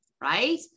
Right